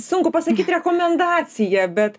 sunku pasakyti rekomendacija bet